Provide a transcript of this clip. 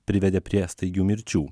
privedė prie staigių mirčių